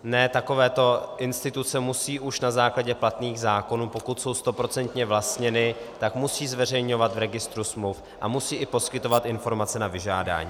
Ne, takovéto instituce musí už na základě platných zákonů, pokud jsou stoprocentně vlastněny, musí zveřejňovat v registru smluv a musí i poskytovat informace na vyžádání.